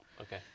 Okay